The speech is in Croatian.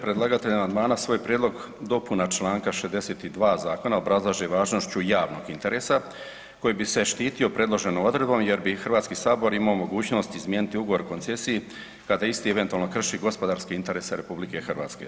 Predlagatelj amandmana svoj prijedlog dopuna čl. 62. zakona obrazlaže važnošću javnog interesa koji bi se štitio predloženom odredbom jer bi Hrvatski sabor imao mogućnost izmijeniti ugovor o koncesiji, kada isti eventualno krši gospodarski interes RH.